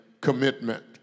commitment